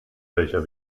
welcher